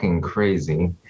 crazy